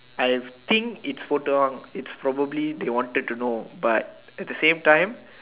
I think it's photo on it's probably they want to know but at the same time